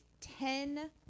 ten